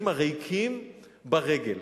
הריקים ברגל,